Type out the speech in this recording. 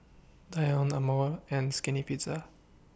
Danone Amore and Skinny Pizza